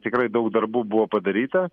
tikrai daug darbų buvo padaryta